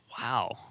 Wow